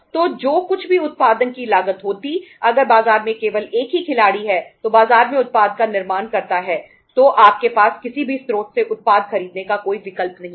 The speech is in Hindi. तो जो कुछ भी उत्पादन की लागत होती अगर बाजार में केवल एक ही खिलाड़ी है जो बाजार में उत्पाद का निर्माण करता है तो आपके पास किसी भी स्रोत से उत्पाद खरीदने का कोई विकल्प नहीं है